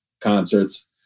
concerts